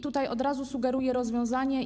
Tutaj od razu sugeruję rozwiązanie.